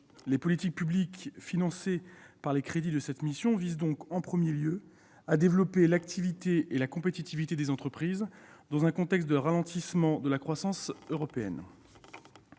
Les politiques publiques financées par les crédits de cette mission visent donc, d'abord, à développer l'activité et la compétitivité des entreprises, dans un contexte de ralentissement de la croissance européenne.